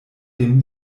dem